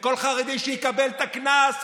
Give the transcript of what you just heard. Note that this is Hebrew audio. וכל חרדי שיקבל את הקנס,